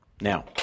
Now